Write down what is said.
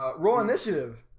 ah raw initiative